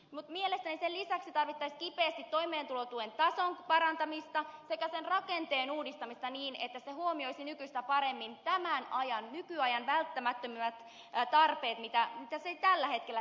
mielestäni sen lisäksi tarvittaisiin kipeästi toimeentulotuen tason parantamista sekä sen rakenteen uudistamista niin että se huomioisi nykyistä paremmin tämän ajan nykyajan välttämättömimmät tarpeet mitä se ei tällä hetkellä tee